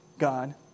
God